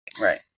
right